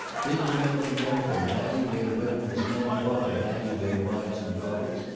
did the men of america value their women as men ought to value their wives and daughters,